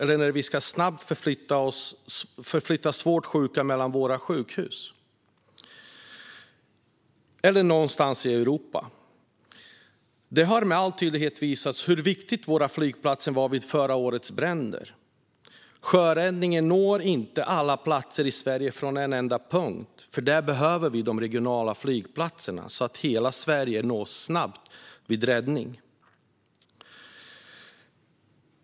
Flyget är viktigt när vi snabbt ska förflytta svårt sjuka mellan våra sjukhus eller till någon plats i Europa. Det har med all tydlighet visats hur viktiga våra flygplatser var vid förra årets bränder. Sjöräddningen når inte alla platser i Sverige från en enda punkt. Vi behöver de regionala flygplatserna, så att hela Sverige nås snabbt vid räddning.